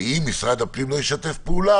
אם משרד הפנים לא ישתף פעולה,